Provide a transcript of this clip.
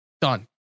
Done